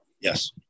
Yes